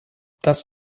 das